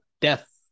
death